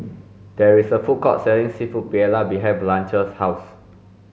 there is a food court selling Seafood Paella behind Blanche's house